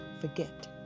forget